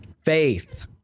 faith